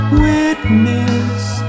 witness